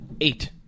Eight